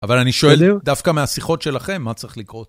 אבל אני שואל, דווקא מהשיחות שלכם, מה צריך לקרות?